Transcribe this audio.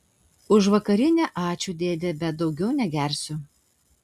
už vakarienę ačiū dėde bet daugiau negersiu